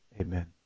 Amen